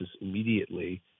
immediately